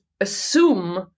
assume